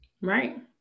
Right